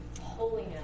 holiness